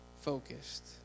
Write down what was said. focused